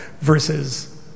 versus